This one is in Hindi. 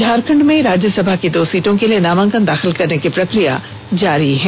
झारखंड में राज्यसभा की दो सीटों के लिए नामांकन दाखिल करने की प्रक्रिया जारी है